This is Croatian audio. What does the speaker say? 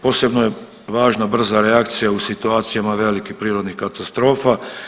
Posebno je važna brza reakcija u situacija velikih prirodnih katastrofa.